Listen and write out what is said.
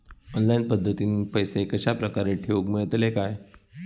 Online पद्धतीन पैसे कश्या प्रकारे ठेऊक मेळतले काय?